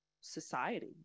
society